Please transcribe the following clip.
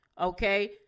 okay